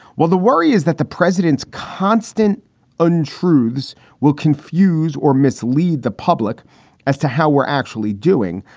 well, the worry is that the president's constant untruths will confuse or mislead the public as to how we're actually doing.